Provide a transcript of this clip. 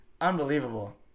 Unbelievable